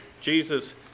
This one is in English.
Jesus